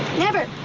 never,